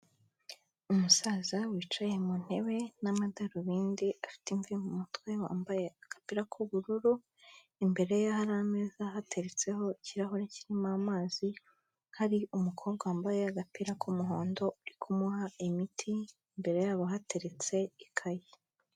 Umusaza wicaye mu ntebe n'amadarubindi afite imvi mu mutwe, wambaye agapira k'ubururu, imbere ye hari ameza hateretseho ikirahure kirimo amazi, hari umukobwa wambaye agapira k'umuhondo uri kumuha imiti, imbere yabo hateretse ikaye.